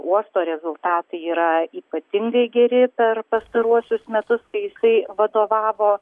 uosto rezultatai yra ypatingai geri per pastaruosius metus kai jisai vadovavo